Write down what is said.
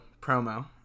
promo